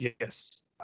Yes